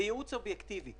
וייעוץ אובייקטיבי,